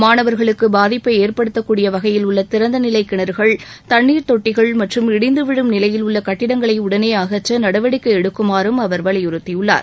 மாணவர்களுக்கு பாதிப்பை ஏற்படுத்தக்கூடிய வகையில் உள்ள திறந்த நிலை கிணறுகள் தண்ணீர் தொட்டிகள் மற்றும் இடிந்து விழும் நிலையில் உள்ள கட்டடங்களை உடனே அகற்ற நடவடிக்கை எடுக்குமாறும் அவர் வலியுறுத்தியுள்ளார்